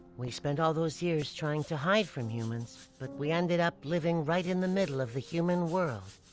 we spent all those years trying to hide from humans, but we ended up. living right in the middle of the human world.